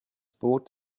boot